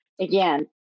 again